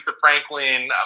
Franklin